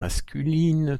masculine